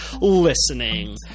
listening